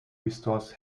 restores